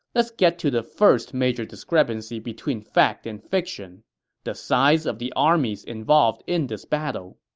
let's get to the first major discrepancy between fact and fiction the size of the armies involved in this battle.